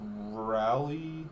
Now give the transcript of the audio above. rally